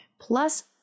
plus